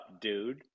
dude